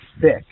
thick